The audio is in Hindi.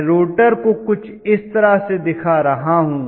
मैं रोटर को कुछ इस तरह से दिखा रहा हूं